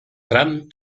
tram